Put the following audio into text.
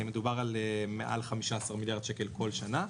מדובר על מעל 15 מיליארד שקל כל שנה.